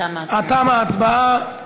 תמה ההצבעה.